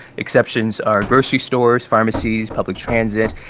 exceptions are grocery stores, pharmacies, public transit.